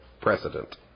precedent